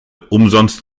umsonst